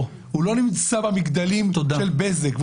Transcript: הוא לא נמצא במגדלים של בזק,